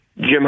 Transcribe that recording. Jim